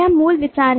यह मूल विचार है